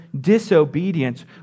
disobedience